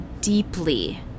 deeply